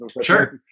Sure